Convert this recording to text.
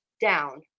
down